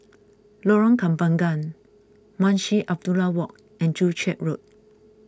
Lorong Kembangan Munshi Abdullah Walk and Joo Chiat Road